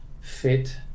fit